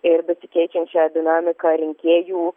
ir besikeičiančią dinamiką rinkėjų